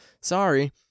sorry